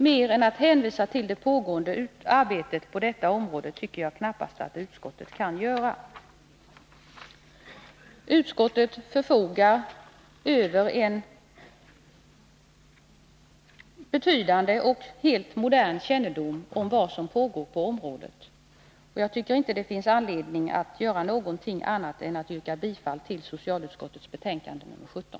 Mer än att hänvisa till det pågående arbetet på detta område tycker jag knappast att utskottet kan göra. Utskottet förfogar över en betydande och helt modern kännedom om vad som pågår på området. Jag tycker inte att det finns anledning att göra någonting annat än att yrka bifall till hemställan i socialutskottets betänkande nr 17.